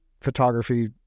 photography